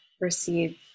receive